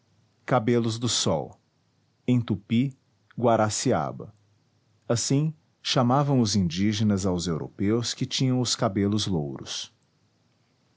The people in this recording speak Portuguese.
cabelos do sol em tupi guaraciaba assim chamavam os indígenas aos europeus que tinham os cabelos louros